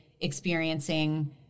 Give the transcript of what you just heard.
experiencing